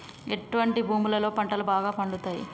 ఎటువంటి భూములలో పంటలు బాగా పండుతయ్?